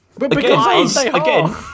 again